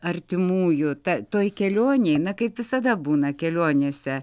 artimųjų ta toj kelionėj na kaip visada būna kelionėse